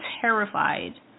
terrified